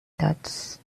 dots